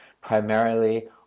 primarily